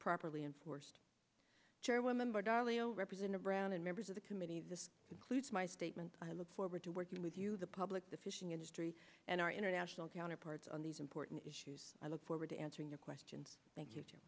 dalio represented brown and members of the committee this includes my statement i look forward to working with you the public the fishing industry and our international counterparts on these important issues i look forward to answering your questions thank you